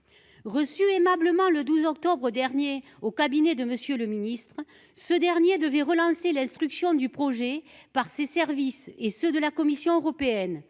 reçue aimablement le 12 octobre dernier au cabinet de M. le ministre délégué. Ce dernier devait relancer l'instruction du projet par ses services et ceux de la Commission européenne.